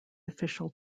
official